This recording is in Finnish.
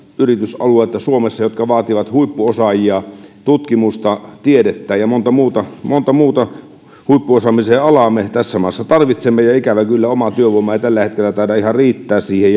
yritysaluetta suomessa jotka vaativat huippuosaajia tutkimusta tiedettä ja monta muuta monta muuta huippuosaamisen alaa me tässä maassa tarvitsemme ja ikävä kyllä oma työvoima ei tällä hetkellä taida ihan riittää siihen